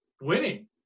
winning